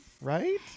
Right